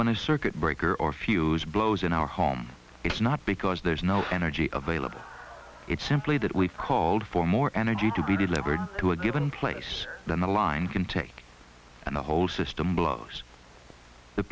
a circuit breaker or fuse blows in our home it's not because there's no energy of a level it's simply that we've called for more energy to be delivered to a given place than the line can take and the whole system blows the